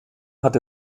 hat